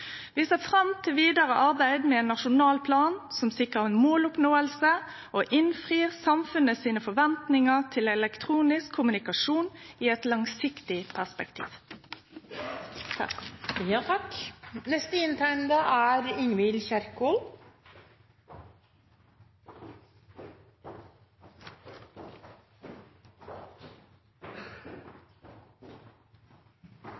Vi ser fram til vidare arbeid med ein nasjonal plan som sikrar at vi når måla, og som innfrir samfunnets forventningar til elektronisk kommunikasjon i eit langsiktig perspektiv.